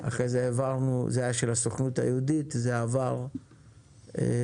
זה היה של הסוכנות היהודית וזה עבר לג'וינט,